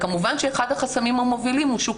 וכמובן שאחד החסמים המובילים הוא שוק